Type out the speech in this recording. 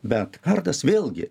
bet kardas vėlgi